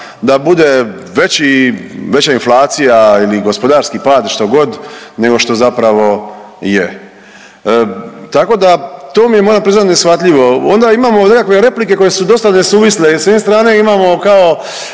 da bude veći, veća inflacija ili gospodarski pad, što god nego što zapravo je, tako da to mi je moram priznati neshvatljivo. Onda imamo nekakve replike koje su dosta nesuvisle. S jedne strane imamo kao